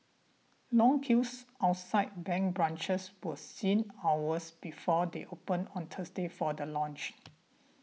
long queues outside bank branches were seen hours before they opened on Thursday for the launch